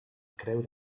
creu